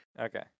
Okay